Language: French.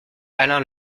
alain